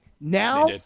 Now